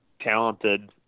talented